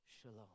Shalom